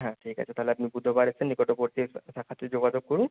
হ্যাঁ ঠিক আছে তাহলে আপনি বুধবার এসে নিকটবর্তী শাখাতে যোগাযোগ করুন